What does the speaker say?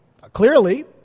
clearly